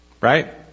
right